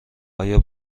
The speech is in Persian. آیا